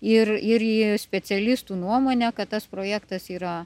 ir ir sį pecialistų nuomonę kad tas projektas yra